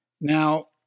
Now